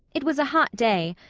it was a hot day,